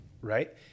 Right